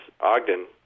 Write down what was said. Ogden